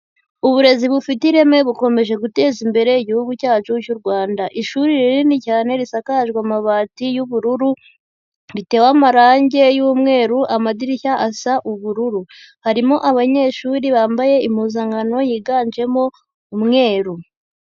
Uburezi bufite ireme bukomeje guteza imbere igihugu cyacu cy'u Rwanda, ishuri rinini cyane risakajwe amabati y'ubururu, ritewe amarange y'umweru amadirishya asa ubururu, harimo abanyeshuri bambaye impuzankano yiganjemo umweru.